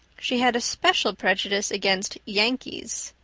she had a special prejudice against yankees.